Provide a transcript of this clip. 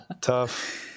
tough